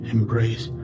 Embrace